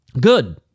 Good